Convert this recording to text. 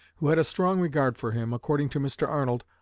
who had a strong regard for him, according to mr. arnold,